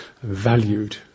Valued